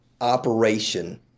operation